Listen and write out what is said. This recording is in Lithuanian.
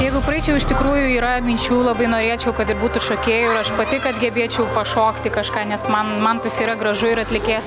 jeigu praeičiau iš tikrųjų yra minčių labai norėčiau kad ir būtų šokėjų ir aš pati kad gebėčiau pašokti kažką nes man man tas yra gražu ir atlikėjas